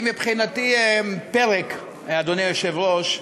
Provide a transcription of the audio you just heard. היא מבחינתי, אדוני היושב-ראש,